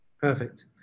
Perfect